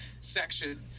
section